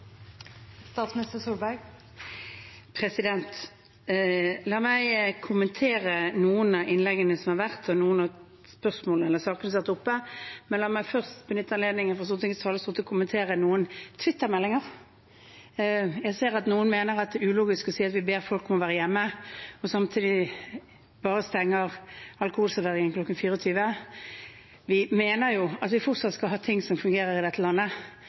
La meg kommentere noen av innleggene som har vært, og noen av spørsmålene eller sakene som har vært oppe. La meg først benytte anledningen fra Stortingets talerstol til å kommentere noen twittermeldinger. Jeg ser at noen mener det er ulogisk at vi ber folk om å være hjemme, og samtidig stenger alkoholserveringen kl. 24. Vi mener at vi fortsatt skal ha ting som fungerer i dette landet,